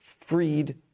freed